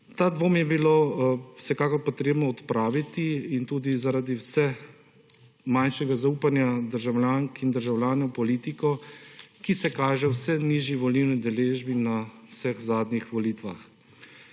Ta dvoma je bilo vsekakor potrebno odpraviti in tudi zaradi vse manjšega zaupanja državljank in državljanov politike, ki se kaže v vse nižji volilni udeležbi na vseh zadnjih volitvah.